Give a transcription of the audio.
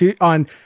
on